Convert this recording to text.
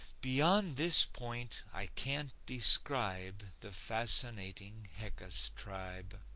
beyond this point i can't describe the fascinating heckus tribe.